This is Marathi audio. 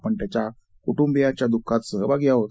आपण त्याच्या कुटुंबियांच्या दुःखात सहभागी आहोत